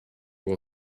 will